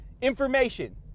Information